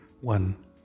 One